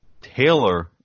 Taylor